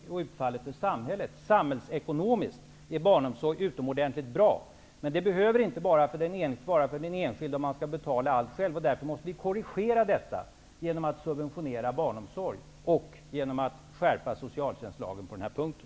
Samhällsekono miskt är barnomsorg utomordentligt bra. Men det behöver det inte nödvändigtvis vara för den en skilde, om denne skall betala allt själv. Vi måste därför korrigera detta genom att subventionera barnomsorg och skärpa socialtjänstlagen på den här punkten.